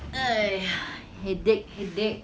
headache headache